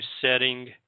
setting